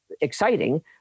exciting